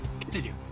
Continue